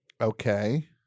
Okay